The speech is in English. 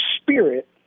spirit